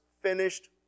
finished